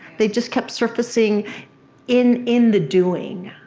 they just kept surfacing in in the doing,